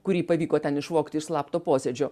kurį pavyko ten išvogti iš slapto posėdžio